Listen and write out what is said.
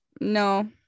No